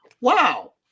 wow